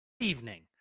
evening